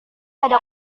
ada